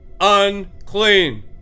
unclean